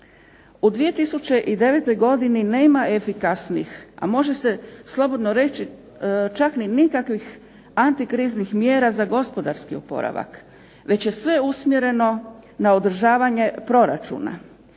U 2009. godini nema efikasnih, a može se slobodno reći čak ni nikakvih antikriznih mjera za gospodarski oporavak već je sve usmjereno na održavanje proračuna.